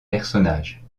personnages